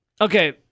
Okay